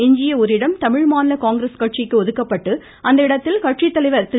எஞ்சிய ஒரு இடம் தமிழ்மாநில காங்கிரஸ் கட்சிக்கு ஒதுக்கப்பட்டு அந்த இடத்தில் கட்சித்தலைவர் திரு